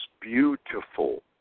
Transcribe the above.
beautiful